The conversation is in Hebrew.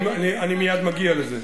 אני מייד מגיע לזה.